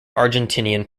argentinian